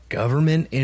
government